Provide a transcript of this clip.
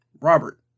Robert